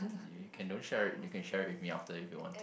you you can don't share it you can share it with me after if you want to